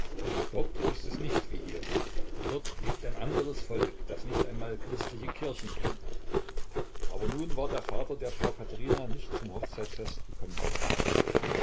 dort ist es nicht wie hier dort lebt ein anderes volk das nicht einmal christliche kirchen kennt aber nun war der vater der frau katherina nicht zum hochzeitsfest gekommen